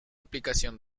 aplicación